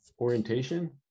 orientation